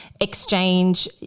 exchange